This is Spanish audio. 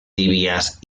tibias